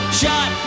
shot